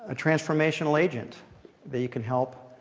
ah transformational agent that can help,